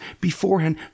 beforehand